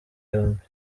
yombi